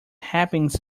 happens